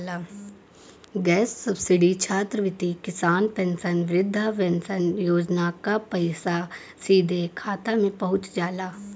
gas subsidy छात्रवृत्ति किसान pension वृद्धा पेंशन योजना क पैसा सीधे खाता में पहुंच जाला